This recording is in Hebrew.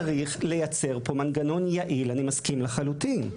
צריך לייצר פה מנגנון יעיל, אני מסכים לחלוטין.